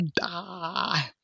die